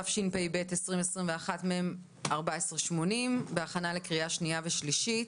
התשפ"ב-2021, מ/1480, בהכנה לקריאה שנייה ושלישית,